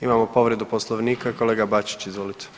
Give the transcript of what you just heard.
Imamo povredu Poslovnika, kolega Bačić izvolite.